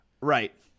Right